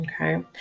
okay